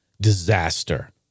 disaster